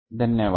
धन्यवाद